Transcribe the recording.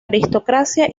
aristocracia